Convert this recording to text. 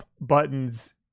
buttons